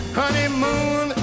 honeymoon